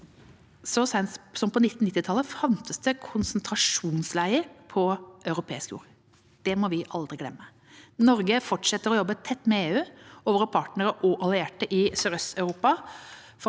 Så sent som på 1990-tallet fantes det konsentrasjonsleirer på europeisk jord. Det må vi aldri glemme. Norge fortsetter å jobbe tett med EU og våre partnere og allierte i Sørøst-Europa